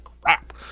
crap